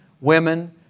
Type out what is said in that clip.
women